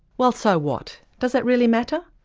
well so what. does that really matter?